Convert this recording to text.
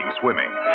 swimming